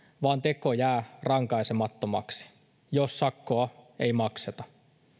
vaan teko jää rankaisemattomaksi jos sakkoa ei makseta